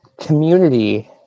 community